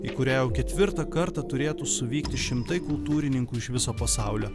į kurią jau ketvirtą kartą turėtų suvykti šimtai kultūrininkų iš viso pasaulio